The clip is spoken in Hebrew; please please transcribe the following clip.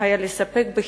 היה לספק חינם.